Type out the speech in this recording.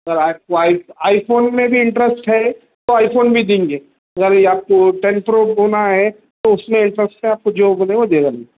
سر آپ کو I iPhone میں بھی انٹریسٹ ہے تو آئی فون بھی دیں گے اگر آپ کو ٹین پرو ہونا ہے تو اُس میں ایکسٹرا آپ کو جو بولے وہ دے ڈالیں گے